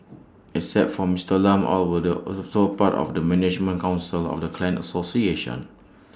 except from Mister Lam all were the also part of the management Council of the clan association